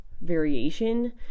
variation